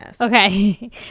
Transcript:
okay